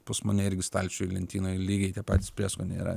pas mane irgi stalčiuj lentynoj lygiai tie pats prieskoniai yra